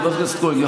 חברת הכנסת כהן,